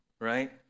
right